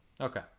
Okay